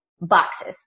boxes